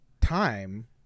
time